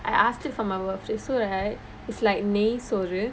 I asked it for my birthday so right it's like nei soru soru